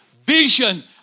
vision